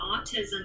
autism